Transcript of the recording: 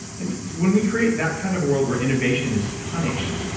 and when we create that kind of world where innovation is punished,